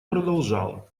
продолжала